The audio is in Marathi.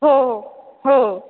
हो हो